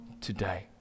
today